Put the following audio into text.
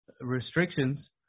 restrictions